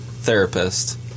therapist